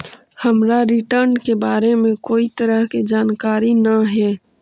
हमरा रिटर्न के बारे में कोई तरह के जानकारी न हे